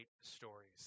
stories